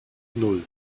nan